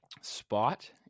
spot